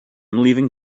leaving